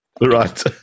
Right